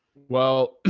well,